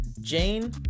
Jane